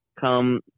come